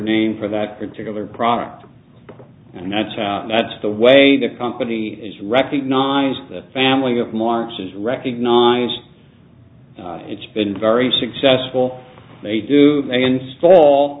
name for that particular product and that's how that's the way the company is recognized the family of march is recognized it's been very successful they do a install